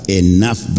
enough